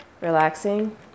relaxing